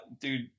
dude